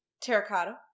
Terracotta